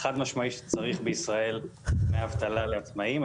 צריך דמי אבטלה לעצמאים,